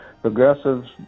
progressives